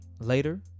Later